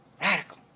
radical